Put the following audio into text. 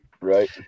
Right